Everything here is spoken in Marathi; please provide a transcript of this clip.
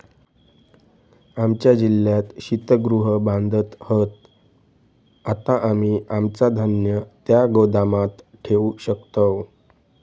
आमच्या जिल्ह्यात शीतगृह बांधत हत, आता आम्ही आमचा धान्य त्या गोदामात ठेवू शकतव